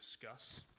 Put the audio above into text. discuss